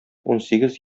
унсигез